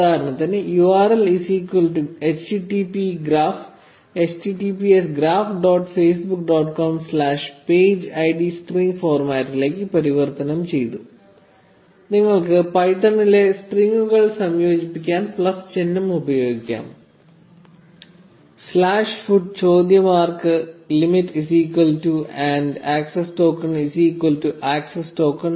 ഉദാഹരണത്തിന് URL is equal to http graph https graph dot Facebook dot com slash page ID string ഫോർമാറ്റിലേക്ക് പരിവർത്തനം ചെയ്തു നിങ്ങൾക്ക് പൈത്തണിലെ സ്ട്രിംഗുകൾ സംയോജിപ്പിക്കാൻ പ്ലസ് ചിഹ്നം ഉപയോഗിക്കാം സ്ലാഷ് ഫൂട്ട് ചോദ്യ mark limit is equal to നൂറ് and access token is equal to access underscore token